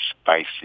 spicy